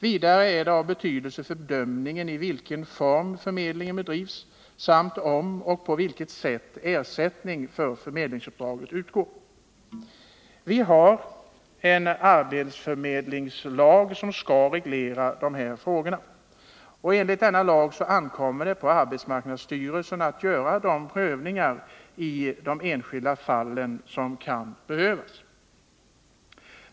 Vidare är det av betydelse för bedömningen i vilken form förmedlingen bedrivs samt om och på vilket sätt ersättning för förmedlingsuppdragen utgår. Vi har en arbetsförmedlingslag som skall reglera dessa frågor, och enligt denna lag ankommer det på arbetsmarknadsstyrelsen att göra de prövningar i de enskilda fallen som kan behövas.